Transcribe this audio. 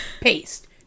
paste